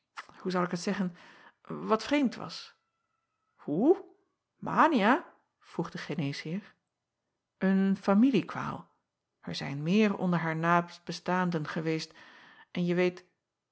hoe zal ik het zeggen wat vreemd was oe mania vroeg de geneesheer en familiekwaal r zijn meer onder haar naastbestaanden geweest en je weet